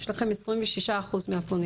יש לכם 26 אחוז מהפונים